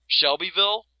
Shelbyville